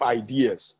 ideas